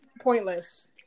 pointless